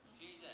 Jesus